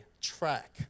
track